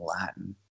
Latin